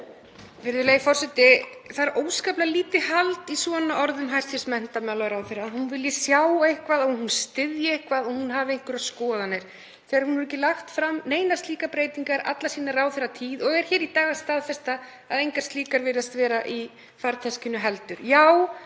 Virðulegi forseti. Það er óskaplega lítið hald í svona orðum hæstv. menntamálaráðherra, að hún vilji sjá eitthvað, að hún styðji eitthvað og að hún hafi einhverjar skoðanir þegar hún hefur ekki lagt fram neinar slíkar breytingar alla sína ráðherratíð og er í dag að staðfesta að engar slíkar virðast vera í farteskinu heldur.